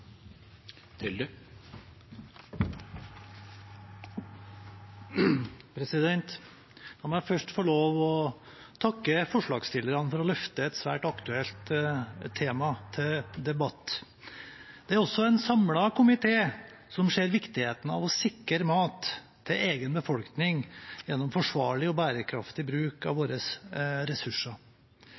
La meg først få lov til å takke forslagsstillerne for å løfte et svært aktuelt tema til debatt. Det er en samlet komité som ser viktigheten av å sikre mat til egen befolkning gjennom forsvarlig og bærekraftig bruk av våre ressurser.